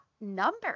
number